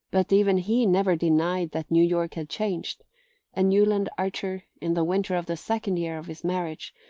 but even he never denied that new york had changed and newland archer, in the winter of the second year of his marriage,